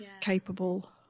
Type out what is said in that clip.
capable